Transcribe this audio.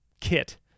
kit